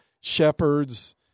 shepherds